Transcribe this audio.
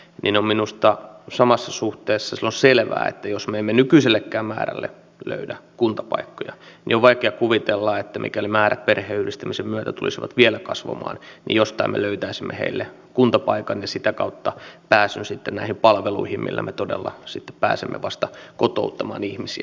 on minusta samassa suhteessa silloin selvää että jos me emme nykyisellekään määrälle löydä kuntapaikkoja niin on vaikea kuvitella että mikäli määrät perheenyhdistämisen myötä tulisivat vielä kasvamaan niin jostain me löytäisimme heille kuntapaikan ja sitä kautta pääsyn näihin palveluihin millä me todella vasta pääsemme kotouttamaan ihmisiä